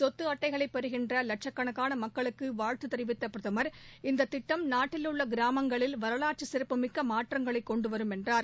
சொத்து அட்டைகளை பெறுகின்ற லட்சக்கணக்கான மக்களுக்கு வாழ்த்து தெரிவித்த பிரதமர் இந்த திட்டம் நாட்டில் உள்ள கிராமங்களில் வரலாற்று சிறப்புமிக்க மாற்றங்களை கொண்டு வரும் என்றார்